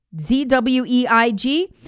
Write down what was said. Z-W-E-I-G